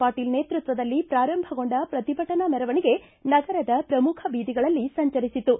ಪಾಟೀಲ್ ನೇತೃತ್ವದಲ್ಲಿ ಪ್ರಾರಂಭಗೊಂಡ ಪ್ರತಿಭಟನಾ ಮೆರವಣಿಗೆ ನಗರದ ಪ್ರಮುಖ ಬೀದಿಗಳಲ್ಲಿ ಸಂಚರಿಸಿತು